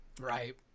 Right